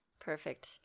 perfect